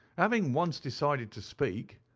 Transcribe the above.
having once decided to speak,